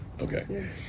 Okay